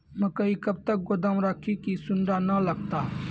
मकई कब तक गोदाम राखि की सूड़ा न लगता?